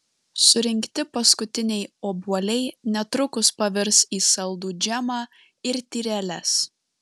surinkti paskutiniai obuoliai netrukus pavirs į saldų džemą ir tyreles